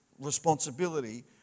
responsibility